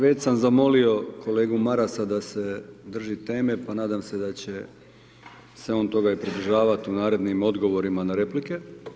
Već sam zamolio kolegu Marasa da se drži teme, pa nadam se da će se on toga i pridržavati u narednim odgovorima na replike.